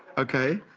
okay.